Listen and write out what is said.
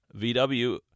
VW